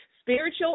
spiritual